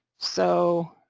so,